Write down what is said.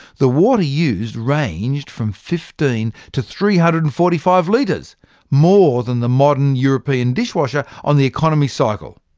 the water used ranged from fifteen to three hundred and forty five litres more than the modern european dishwasher on the economy cycle.